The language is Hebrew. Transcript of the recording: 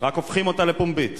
רק הופכים אותה לפומבית.